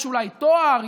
יש אולי תואר,